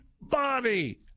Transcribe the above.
body